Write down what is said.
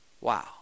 Wow